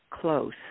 close